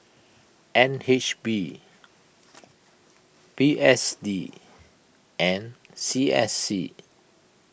N H B P S D and C S C